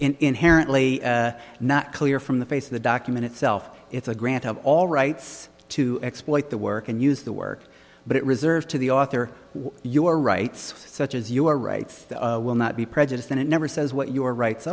inherently not clear from the face of the document itself it's a grant of all rights to exploit the work and use the work but it reserved to the author your rights such as your rights will not be prejudiced and it never says what your rights